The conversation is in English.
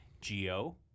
Geo